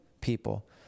people